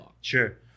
Sure